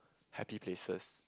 happy places